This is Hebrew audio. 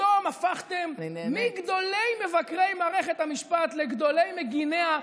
ופתאום הפכתם מגדולי מבקרי המשפט לגדולי מגיניה?